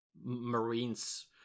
marines